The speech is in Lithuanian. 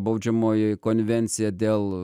baudžiamoji konvencija dėl